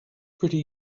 pretty